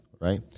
right